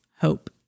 hope